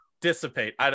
dissipate